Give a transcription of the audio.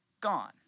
gone